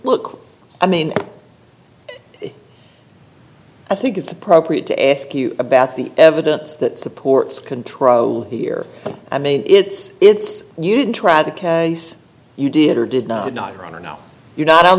look i mean i think it's appropriate to ask you about the evidence that supports contro here i mean it's it's you didn't try the case you did or did not did not run or now you're not on